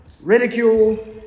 ridicule